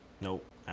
Nope